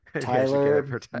Tyler